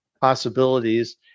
possibilities